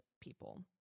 people